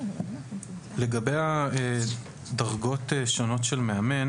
לגבי הדרגות השונות של מאמן